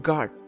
God